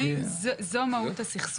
זו מהות הסכסוך.